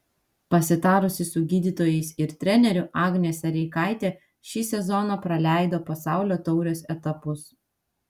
pasitarusi su gydytojais ir treneriu agnė sereikaitė šį sezoną praleido pasaulio taurės etapus